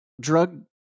drug